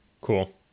cool